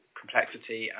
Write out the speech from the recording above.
complexity